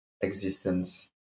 existence